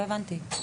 לא הבנתי.